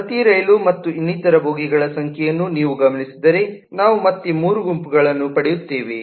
ಪ್ರತಿ ರೈಲು ಮತ್ತು ಇನ್ನಿತರ ಬೋಗಿಗಳ ಸಂಖ್ಯೆಯನ್ನು ನೀವು ಗಮನಿಸಿದರೆ ನಾವು ಮತ್ತೆ ಮೂರು ಗುಂಪುಗಳನ್ನು ಪಡೆಯುತ್ತೇವೆ